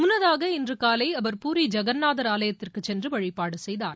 முன்னதாக இன்று காலை அவர் பூரி ஜெகன்னாதர் ஆலயத்திற்கு சென்று வழிபாடு செய்தார்